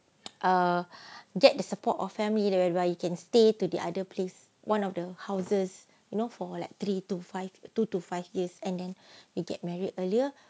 uh get the support of family either by you can stay to the other place one of the houses you know for like three to five two to five years and then we get married earlier